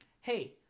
Hey